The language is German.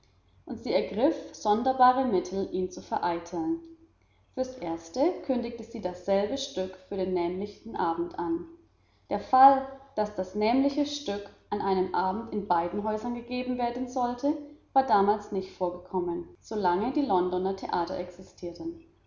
und sie ergriff sonderbare mittel ihn zu vereiteln für's erste kündigte sie dasselbe stück für den nämlichen abend an der fall daß das nämliche stück an einem abend in beiden häusern gegeben werden sollte war damals nicht vorgekommen solange die londoner theater existierten